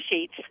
sheets